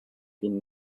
been